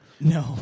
No